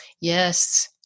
Yes